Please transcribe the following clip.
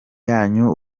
yanyu